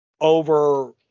over